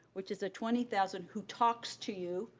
which is a twenty thousand, who talks to you,